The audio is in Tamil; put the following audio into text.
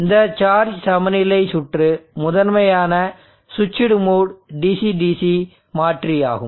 இந்த சார்ஜ் சமநிலை சுற்று முதன்மையான ஸ்விட்ச்டு மோடு DC DC மாற்றி ஆகும்